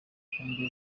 nkumbuye